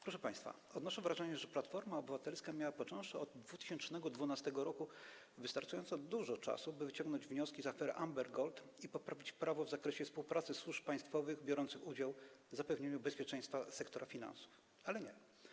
Proszę państwa, odnoszę wrażenie, że Platforma Obywatelska miała, począwszy od 2012 r., wystarczająco dużo czasu, by wyciągnąć wnioski z afery Amber Gold i poprawić prawo w zakresie współpracy służb państwowych biorących udział w zapewnianiu bezpieczeństwa sektora finansów, ale nie.